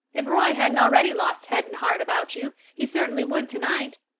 if roy hadn't already lost head and heart about you he certainly would tonight.